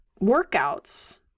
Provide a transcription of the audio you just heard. workouts